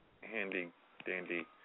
handy-dandy